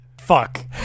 Fuck